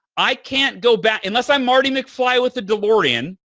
i can't go back. unless i'm marty mcfly with a delorean,